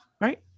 Right